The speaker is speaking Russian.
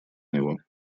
него